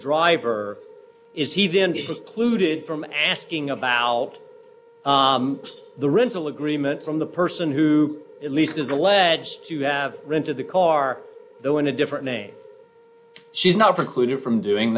driver is he then is polluted from asking about the rental agreement from the person who at least is alleged to have rented the car though in a different name she's not precluded from doing